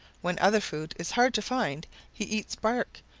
when other food is hard to find he eats bark,